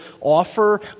offer